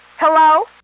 Hello